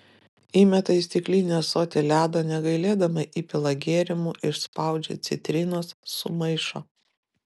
įmeta į stiklinį ąsotį ledo negailėdama įpila gėrimų išspaudžia citrinos sumaišo